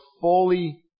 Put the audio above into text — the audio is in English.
fully